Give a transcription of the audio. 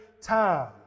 time